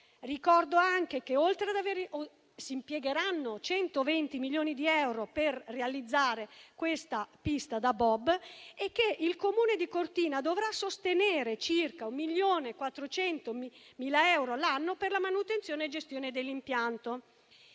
Ricordo anche che si impiegheranno 120 milioni di euro per realizzare questa pista da bob e che il comune di Cortina dovrà sostenere una spesa pari a circa un milione e 400.000 euro l'anno per la manutenzione e gestione dell'impianto.